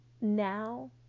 now